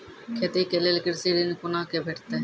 खेती के लेल कृषि ऋण कुना के भेंटते?